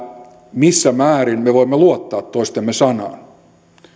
missä määrin me voimme luottaa toistemme sanaan